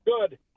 Good